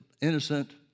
innocent